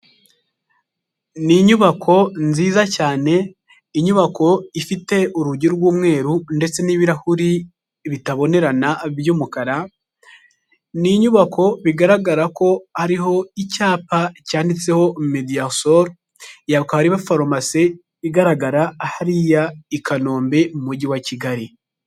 Ni inyubako nziza cyane, inyubako ifite urugi rw'umweru ndetse n'ibirahuri bitabonerana by'umukara, ni inyubako bigaragara ko hariho icyapa cyanditseho Mediasol, iyi akaba ari farumasi igaragara hariya i Kanombe mu mujyi wa Kigali.